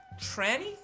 tranny